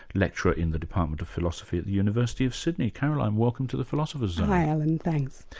lecturer in the department of philosophy at the university of sydney. caroline, welcome to the philosopher's zone. hi alan, thanks.